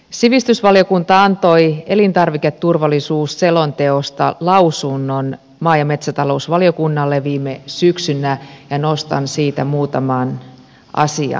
sivistysvaliokunta antoi elintarviketurvallisuusselonteosta lausunnon maa ja metsätalousvaliokunnalle viime syksynä ja nostan siitä muutaman asian esille